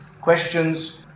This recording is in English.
questions